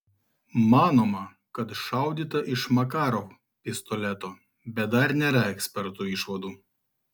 manoma kad šaudyta iš makarov pistoleto bet dar nėra ekspertų išvadų